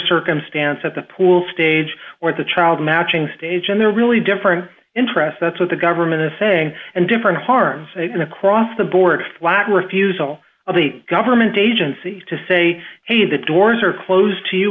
circumstance at the pool stage or the child matching stage and they're really different interests that's what the government is saying and different harms going across the board flat refusal of the government agency to say hey the doors are closed to you